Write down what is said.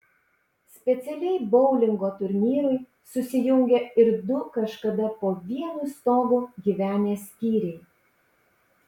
specialiai boulingo turnyrui susijungė ir du kažkada po vienu stogu gyvenę skyriai